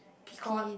Picoult